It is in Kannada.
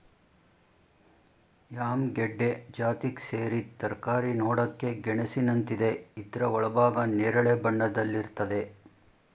ಯಾಮ್ ಗೆಡ್ಡೆ ಜಾತಿಗ್ ಸೇರಿದ್ ತರಕಾರಿ ನೋಡಕೆ ಗೆಣಸಿನಂತಿದೆ ಇದ್ರ ಒಳಭಾಗ ನೇರಳೆ ಬಣ್ಣದಲ್ಲಿರ್ತದೆ